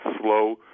slow